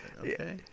okay